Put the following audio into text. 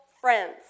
friends